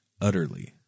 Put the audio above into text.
utterly